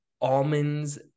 almonds